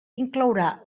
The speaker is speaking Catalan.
inclourà